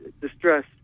distress